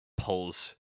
pulls